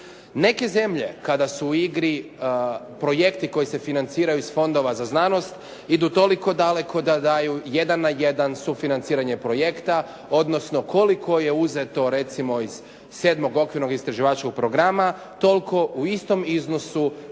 Neke zemlje kada su u igri, projekti koji se financiraju iz Fondova za znanost idu toliko daleko da daju jedan na jedan sufinanciranje projekta, odnosno koliko je uzeto recimo iz 7. okvirnog istraživačkog programa toliko u istom iznosu